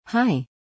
Hi